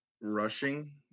rushing